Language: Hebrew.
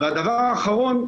והדבר האחרון,